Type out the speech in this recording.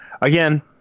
Again